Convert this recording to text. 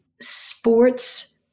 sports